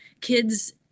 kids